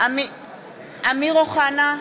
אמיר אוחנה,